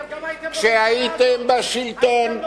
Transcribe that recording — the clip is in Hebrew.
גם אתם הייתם בממשלה הזאת.